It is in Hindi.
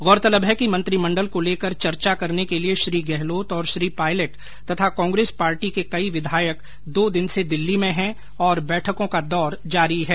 गौरतलब है कि मंत्रिमंडल को लेकर चर्चा करने के लिए श्री गहलोत और श्री पायलट तथा कांग्रेस पार्टी के कई विधायक दो दिन से दिल्ली में है और बैठकों का दौर जारी है